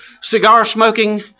cigar-smoking